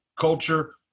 culture